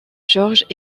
georges